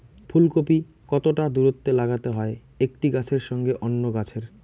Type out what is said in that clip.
ফুলকপি কতটা দূরত্বে লাগাতে হয় একটি গাছের সঙ্গে অন্য গাছের?